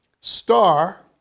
star